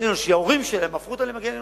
ההורים שלהם הפכו אותם למגן אנושי.